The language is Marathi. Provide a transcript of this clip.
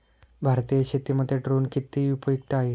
भारतीय शेतीमध्ये ड्रोन किती उपयुक्त आहेत?